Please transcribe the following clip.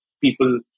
people